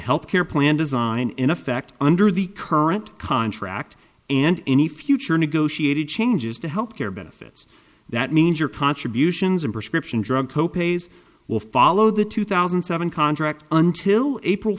health care plan designed in effect under the current contract and any future negotiated changes to health care benefits that means your contributions in prescription drug co pays will follow the two thousand and seven contract until april